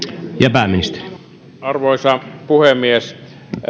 arvoisa puhemies